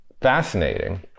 fascinating